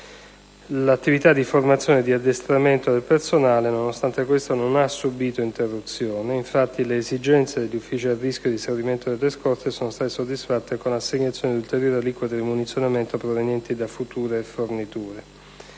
l'attività di formazione e di addestramento de personale non ha subito interruzione. Infatti, le esigenze degli uffici a rischio di esaurimento delle scorte sono state soddisfatte mediante l'assegnazione di ulteriori aliquote di munizionamento, provenienti da future forniture.